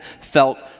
felt